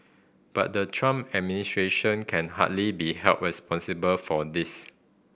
but the Trump administration can hardly be held responsible for this